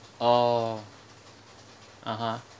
oh (uh huh)